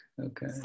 okay